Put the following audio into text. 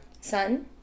Sun